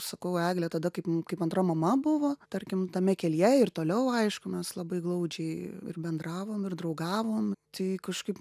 sakau eglė tada kaip kaip antra mama buvo tarkim tame kelyje ir toliau aišku mes labai glaudžiai bendravom ir draugavom tik kažkaip